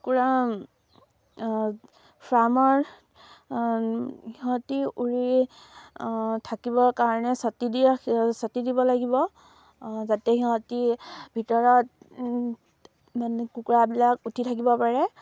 কুকুৰা ফাৰ্মৰ সিহঁতি উৰি থাকিবৰ কাৰণে ছাতি দি ৰাখি ছাতি দিব লাগিব যাতে সিহঁতি ভিতৰত মানে কুকুৰাবিলাক উঠি থাকিব পাৰে